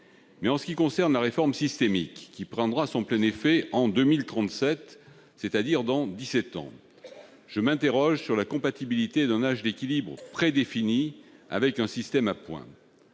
Mais, en ce qui concerne la réforme systémique, qui prendra pleinement effet en 2037, donc dans dix-sept ans, je m'interroge sur la compatibilité d'un âge d'équilibre prédéfini avec un système à points.